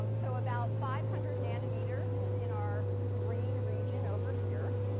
um so about five hundred nanometers is in our green region over here.